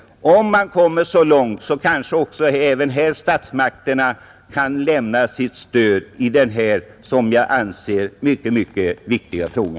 Om man kommer så långt kanske även här statsmakterna kan lämna sitt stöd i denna, som jag anser, mycket viktiga fråga.